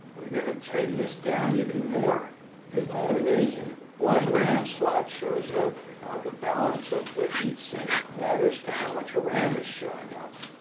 we gotta tighten this down even more isn't that amazing one ram slot shows up the balance of the heatsink matters to how much ram is showing up?